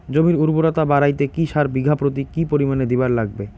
জমির উর্বরতা বাড়াইতে কি সার বিঘা প্রতি কি পরিমাণে দিবার লাগবে?